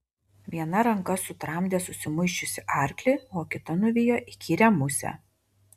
viena ranka sutramdė susimuisčiusį arklį o kita nuvijo įkyrią musę